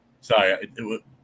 Sorry